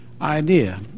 idea